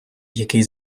який